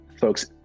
folks